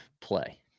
play